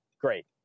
great